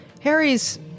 Harry's